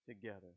together